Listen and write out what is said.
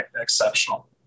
exceptional